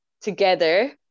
together